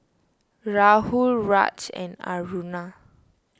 Rahul Raj and Aruna